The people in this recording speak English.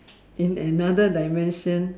in another dimension